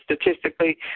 statistically